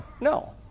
No